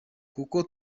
nkuko